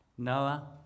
Noah